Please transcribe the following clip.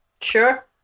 Sure